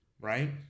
Right